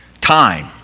Time